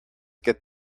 get